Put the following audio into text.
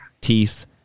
teeth